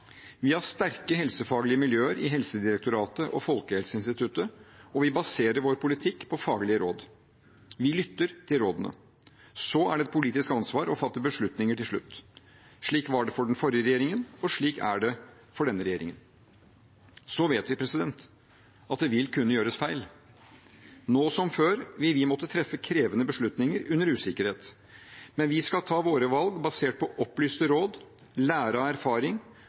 Vi har sterke helsefaglige miljøer i Helsedirektoratet og Folkehelseinstituttet, og vi baserer vår politikk på faglige råd. Vi lytter til rådene. Så er det et politisk ansvar å fatte beslutninger til slutt. Slik var det for den forrige regjeringen, og slik er det for denne regjeringen. Så vet vi at det vil kunne gjøres feil. Nå som før vil vi måtte treffe krevende beslutninger under usikkerhet, men vi skal ta våre valg basert på opplyste råd, lære av erfaring